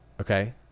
okay